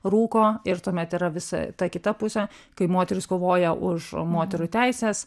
rūko ir tuomet yra visa ta kita pusė kai moterys kovoja už moterų teises